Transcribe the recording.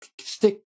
stick